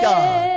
God